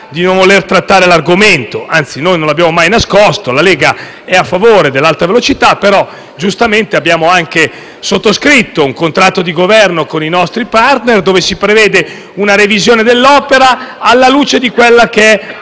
di non trattare l'argomento, anzi noi non abbiamo mai nascosto che la Lega è a favore dell'Alta velocità, ma giustamente abbiamo sottoscritto un contratto di Governo con i nostri *partner*, nel quale si prevede una revisione dell'opera alla luce di un'analisi